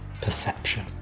perception